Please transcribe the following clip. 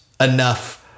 enough